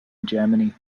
germany